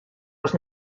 los